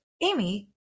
Amy